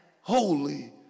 holy